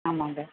ஆமாங்க